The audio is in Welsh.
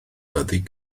bydd